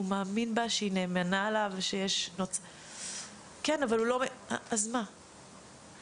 שהוא מאמין בה, שהיא נאמנה אליו?"; "כן, אז מה?";